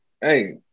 Hey